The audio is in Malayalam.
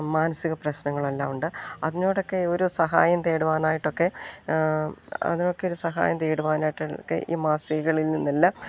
മാനസിക പ്രശ്നങ്ങളെല്ലാം ഉണ്ട് അതിനോടൊക്കെ ഒരു സഹായം തേടുവാനായിട്ടൊക്കെ അതിനൊക്കെ ഒരു സഹായം തേടുവാനായിട്ടൊക്കെ ഈ മാസികകളിൽ നിന്നെല്ലാം